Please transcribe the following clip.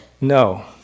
No